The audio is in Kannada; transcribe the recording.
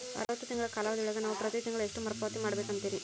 ಅರವತ್ತು ತಿಂಗಳ ಕಾಲಾವಧಿ ಒಳಗ ನಾವು ಪ್ರತಿ ತಿಂಗಳು ಎಷ್ಟು ಮರುಪಾವತಿ ಮಾಡಬೇಕು ಅಂತೇರಿ?